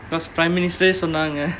because prime minister சொன்னாங்க:sonnaanga